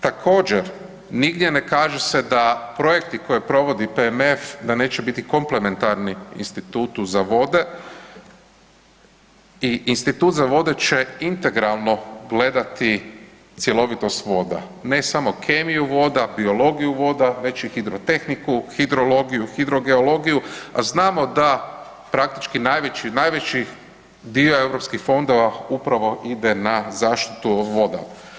Također, nigdje ne kaže se da projekti koje provodi PMF, da neće biti komplementarni Institut za vode i Institut za vode će integralno gledati cjelovitost voda, ne samo kemiju voda, biologiju voda već i hidrotehniku, hidrologiju, hidrogeologiju a znamo da praktički najveći dio europskih fondova upravo ide na zaštitu voda.